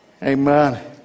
Amen